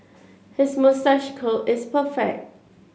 his moustache curl is perfect